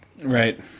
right